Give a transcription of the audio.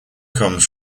comes